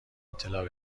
اطلاع